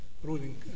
ruling